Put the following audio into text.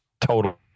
total